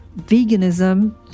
veganism